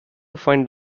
find